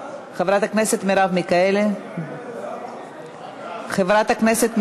אנחנו עוברים להצעת החוק הבאה: הצעת חוק בתי-קברות צבאיים